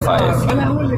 five